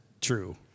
true